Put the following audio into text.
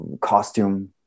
costume